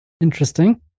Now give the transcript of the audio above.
Interesting